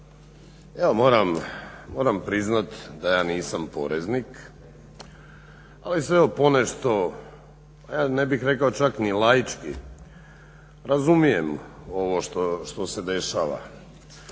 Moram priznat da ja nisam poreznik, ali se evo ponešto ne bih rekao čak ni laički, razumijem ovo što se dešava